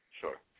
Sure